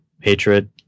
hatred